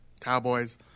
Cowboys